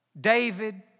David